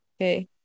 Okay